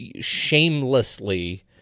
shamelessly